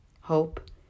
Hope